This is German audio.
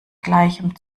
gleichem